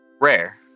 Rare